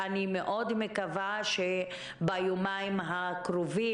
אני מאוד מקווה שביומיים הקרובים,